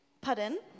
Pardon